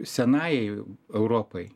senajai europai